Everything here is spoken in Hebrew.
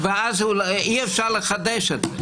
ואז אי-אפשר לחדש את זה.